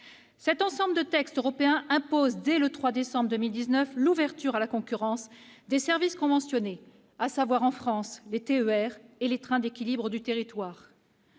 Cet ensemble de textes européens impose dès le 3 décembre 2019 l'ouverture à la concurrence des services conventionnés, à savoir, en France, les TER et les trains d'équilibre du territoire.